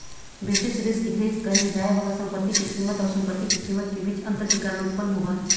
basis risk hedge क़इल जाय वाला संपत्ति के कीमत आऊ संपत्ति के कीमत के बीच अंतर के कारण उत्पन्न होबा हइ